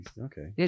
Okay